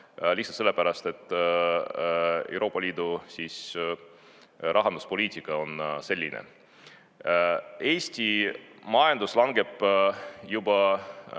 lihtsalt sellepärast, et Euroopa Liidu rahanduspoliitika on selline. Eesti majandus langeb juba